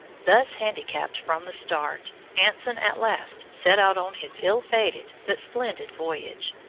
thus handicapped from the start, anson at last set out on his ill-fated but splendid voyage.